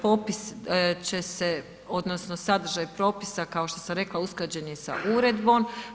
Popis će se odnosno sadržaj propisa kao što sam rekla, usklađen je sa uredbom.